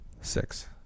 Six